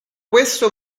questo